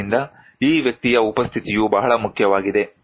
ಆದ್ದರಿಂದ ಈ ವ್ಯಕ್ತಿಯ ಉಪಸ್ಥಿತಿಯು ಬಹಳ ಮುಖ್ಯವಾಗಿದೆ